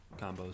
combos